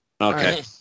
Okay